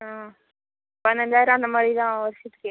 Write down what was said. ஆ பதினஞ்சாயிரம் அந்த மாதிரிதான் வருஷத்துக்கு